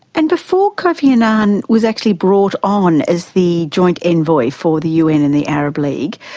and before kofi annan was actually brought on as the joint envoy for the un and the arab league,